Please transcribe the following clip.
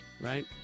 Right